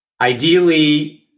Ideally